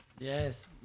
Yes